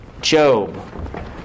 Job